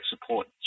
support